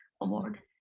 Award